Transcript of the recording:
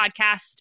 podcast